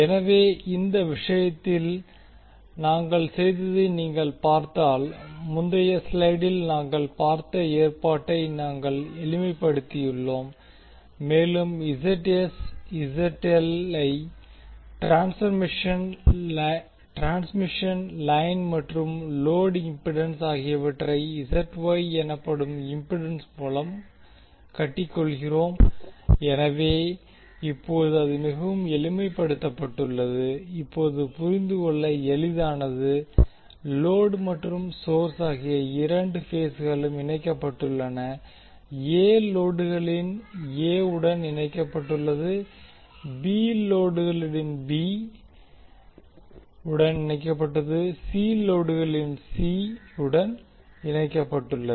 எனவே இந்த விஷயத்தில் நாங்கள் செய்ததை நீங்கள் பார்த்தால் முந்தைய ஸ்லைடில் நாங்கள் பார்த்த ஏற்பாட்டை நாங்கள் எளிமைப்படுத்தியுள்ளோம் மேலும் ஐ டிரான்ஸ்மிஷன் லைன் மற்றும் லோடு இம்பிடன்ஸ் ஆகியவற்றை எனப்படும் இம்பிடன்ஸ் மூலம் கட்டிக்கொள்கிறோம் எனவே இப்போது அது மிகவும் எளிமைப்படுத்தப்பட்டுள்ளது இப்போது புரிந்துகொள்வது எளிதானது லோடு மற்றும் சோர்ஸ் ஆகிய இரண்டு பேஸ்களும் இணைக்கப்பட்டுள்ளன A லோடுகளின் A உடன் இணைக்கப்பட்டுள்ளது B லோடுகளின் B உடன் இணைக்கப்பட்டுள்ளது C லோடுகளின் உடன் இணைக்கப்பட்டுள்ளது